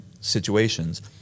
situations